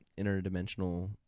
interdimensional